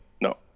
No